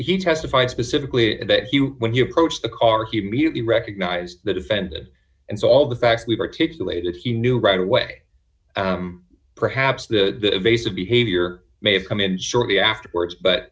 he testified specifically that you when you approach the car he immediately recognized that offended and so all the facts we've articulated he knew right away perhaps the base of behavior may have come in shortly afterwards but